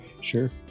Sure